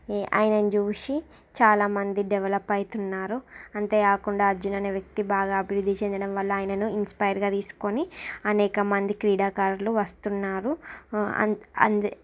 ఆయనను చూసీ చాలామంది డెవలప్ అవుతున్నారు అంతేకాకుండా అర్జున్ అనే వ్యక్తి బాగా అభివృద్ధి చెందడం వల్ల ఆయనను ఇన్స్పైర్గా తీసుకోని అనేక మంది క్రీడాకారులు వస్తున్నారు